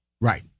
Right